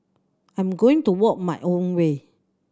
I'm going to walk my own way